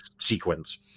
sequence